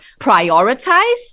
prioritize